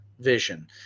Vision